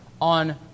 on